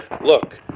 look